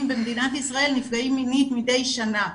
במדינת ישראל נפגעים מינית מדי שנה.